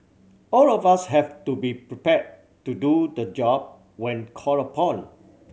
all of us have to be prepared to do the job when called upon